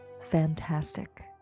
fantastic